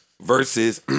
versus